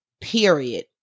period